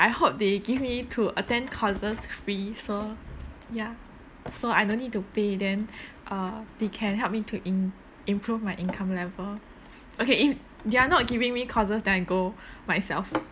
I hope they give me to attend courses free so ya so I don't need to pay then uh they can help me to im~ improve my income level okay if they are not giving me courses then I go myself